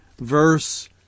verse